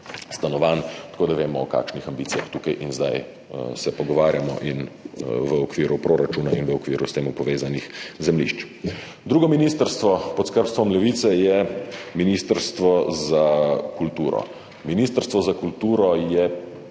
stanovanj. Tako da vemo, o kakšnih ambicijah tukaj in zdaj se pogovarjamo in v okviru proračuna in v okviru s tem povezanih zemljišč. Drugo ministrstvo pod skrbstvom Levice je Ministrstvo za kulturo. Ministrstvo za kulturo je